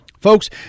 Folks